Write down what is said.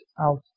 out